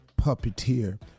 puppeteer